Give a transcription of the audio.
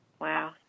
Wow